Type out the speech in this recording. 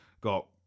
got